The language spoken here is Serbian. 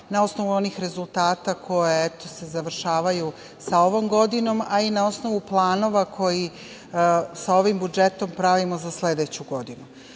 na osnovu onih rezultata koji se završavaju sa ovom godinom, a i na osnovu planova koje sa ovim budžetom pravimo za sledeću